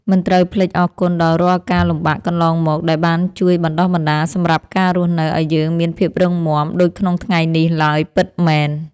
មិនត្រូវភ្លេចអរគុណដល់រាល់ការលំបាកកន្លងមកដែលបានជួយបណ្តុះបណ្តាលសម្រាប់ការរស់នៅឱ្យយើងមានភាពរឹងមាំដូចក្នុងថ្ងៃនេះឡើយពិតមែន។